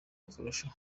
kurushaho